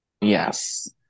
Yes